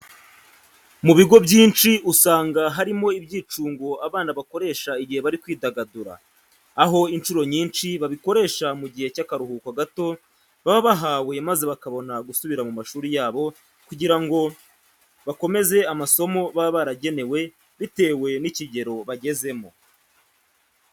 Mu bigo byinshi usanga harimo ibyicungo abana bakoresha igihe bari kwidagadura, aho inshuro nyinshi babikoresha mu gihe cy'akaruhuko gato baba bahawe maze bakabona gusubira mu mashuri yabo kugira ngo bagakomeza amasomo baba baragenewe bitewe n'ikigero bagezemo.